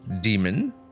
demon